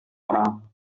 orang